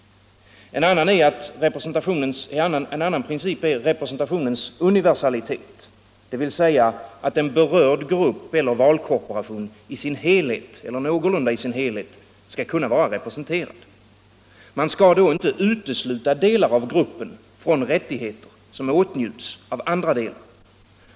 En annan princip är representationens universalitet, dvs. att en berörd grupp eller valkorporation i sin helhet — eller någorlunda i sin helhet — skall kunna vara representerad. Man skall då inte utesluta delar av gruppen från rättigheter som åtnjuts av andra delar.